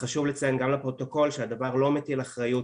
חשוב לציין גם לפרוטוקול שהדבר לא מטיל אחריות